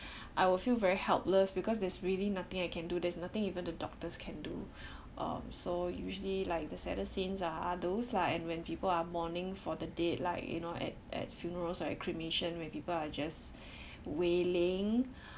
I will feel very helpless because there's really nothing I can do there's nothing even though doctors can do um so usually like the saddest scenes are those lah and when people are mourning for the dead like you know at at funerals or cremation when people are just wailing